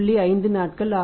5 நாட்கள் ஆகும்